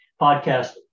podcast